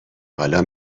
حالا